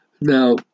Now